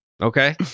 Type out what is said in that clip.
Okay